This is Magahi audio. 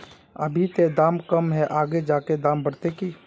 अभी ते दाम कम है आगे जाके दाम बढ़ते की?